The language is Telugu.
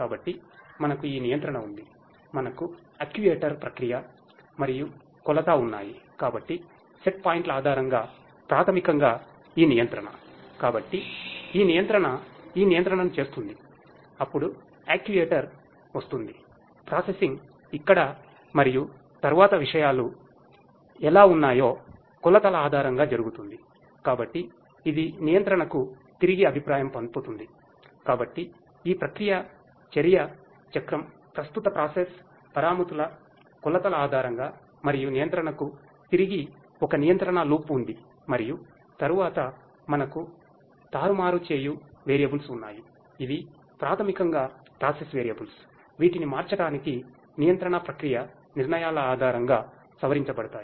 కాబట్టి మనకు ఈ నియంత్రణ ఉంది మనకు అక్యుయేటర్ వీటిని మార్చటానికి నియంత్రణ ప్రక్రియ నిర్ణయాల ఆధారంగా సవరించబడతాయి